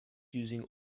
using